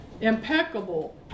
impeccable